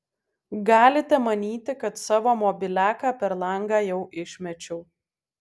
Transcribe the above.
galite manyti kad savo mobiliaką per langą jau išmečiau